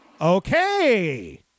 Okay